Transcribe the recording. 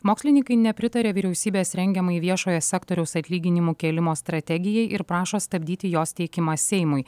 mokslininkai nepritaria vyriausybės rengiamai viešojo sektoriaus atlyginimų kėlimo strategijai ir prašo stabdyti jos teikimą seimui